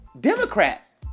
Democrats